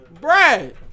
Brad